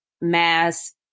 mass